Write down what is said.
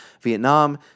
Vietnam